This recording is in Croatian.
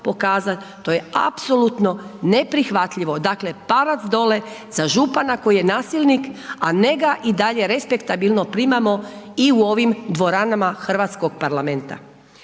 to je apsolutno neprihvatljivo, dakle palac dole za župana koji je nasilnik a ne ga i dalje respektabilno primamo i u ovim dvoranama hrvatskog parlamenta.